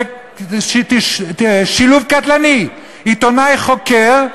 זה שילוב קטלני: עיתונאי חוקר,